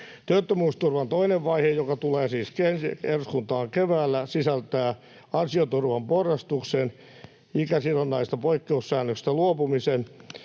Työttömyysturvan toinen vaihe, joka tulee siis eduskuntaan keväällä, sisältää ansioturvan porrastuksen, ikäsidonnaisesta poikkeussäännöstä luopumisen